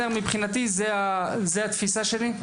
זו התפיסה שלי.